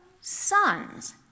sons